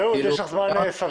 רעות, מהו זמן סביר?